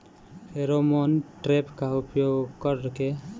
Pheromone trap का उपयोग कर के?